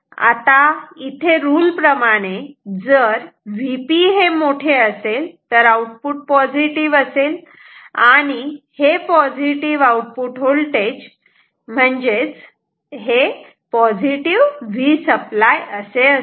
आता इथे रूल प्रमाणे जर Vp हे मोठे असेल तर आउटपुट पॉझिटिव्ह असे आणि हे पॉझिटिव्ह आउटपुट व्होल्टेज V0 Vसप्लाय असे असेल